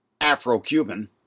Afro-Cuban